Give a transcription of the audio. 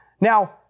Now